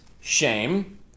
shame